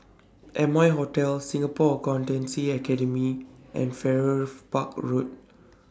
Amoy Hotel Singapore Accountancy Academy and Farrer Park Road